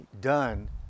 done